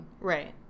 Right